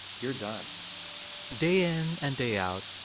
you're done day in and day out,